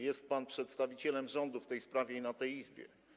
Jest pan przedstawicielem rządu w tej sprawie i w tej Izbie.